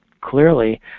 clearly